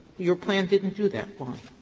your client didn't and do that, why,